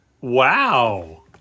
Wow